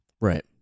Right